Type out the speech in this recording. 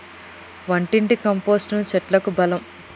వంటింటి కంపోస్టును చెట్లకు బలం